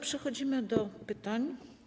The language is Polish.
Przechodzimy do pytań.